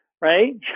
Right